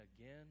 again